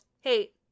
hey